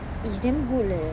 is damn good leh